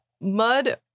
mud